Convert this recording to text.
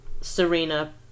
Serena